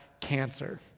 cancer